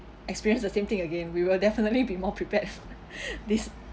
experience the same thing again we will definitely be more prepared this